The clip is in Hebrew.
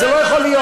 זה לא יכול להיות.